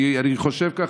אני חושב כך.